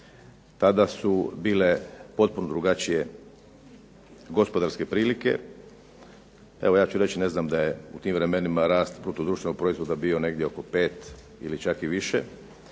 tada su bile potpuno drugačije gospodarske prilike, ja ću reći da je u tim vremenima rast bruto-društvenog proizvoda bio 5 ili čak i više,